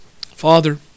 Father